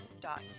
dot